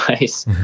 nice